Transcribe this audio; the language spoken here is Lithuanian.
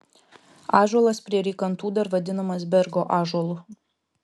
ąžuolas prie rykantų dar vadinamas bergo ąžuolu